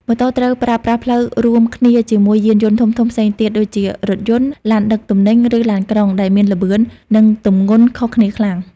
ម៉ូតូត្រូវប្រើប្រាស់ផ្លូវរួមគ្នាជាមួយយានយន្តធំៗផ្សេងទៀតដូចជារថយន្ត ឡានដឹកទំនិញ ឬឡានក្រុង ដែលមានល្បឿន និងទម្ងន់ខុសគ្នាខ្លាំង។